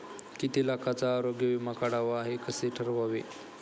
किती लाखाचा आरोग्य विमा काढावा हे कसे ठरवावे?